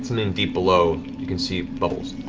something deep below. you can see bubbles